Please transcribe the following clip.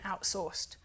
outsourced